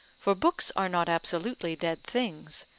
for books are not absolutely dead things,